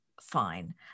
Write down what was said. Fine